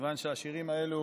כיוון שהשירים האלו